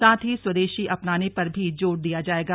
साथ ही स्वदेशी अपनाने पर भी जोर दिया जाएगा